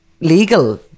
legal